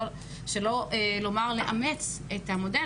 שלא לומר לאמץ את המודל.